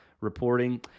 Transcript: reporting